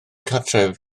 cartref